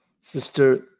sister